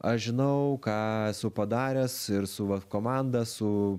aš žinau ką esu padaręs ir su va komanda su